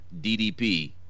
DDP